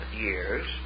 years